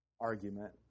argument